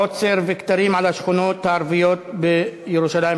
עוצר וכתרים על השכונות הערביות במזרח-ירושלים,